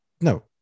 no